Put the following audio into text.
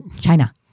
China